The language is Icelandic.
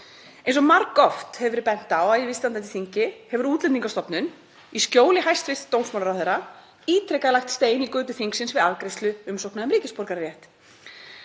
Eins og margoft hefur verið bent á á yfirstandandi þingi hefur Útlendingastofnun, í skjóli hæstv. dómsmálaráðherra, ítrekað lagt stein í götu þingsins við afgreiðslu umsókna um ríkisborgararétt.